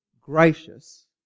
gracious